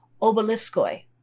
obeliskoi